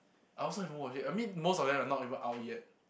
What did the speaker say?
I also haven't watch yet I mean most of them are not even out yet